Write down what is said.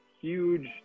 huge